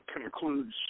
concludes